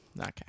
okay